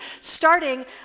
starting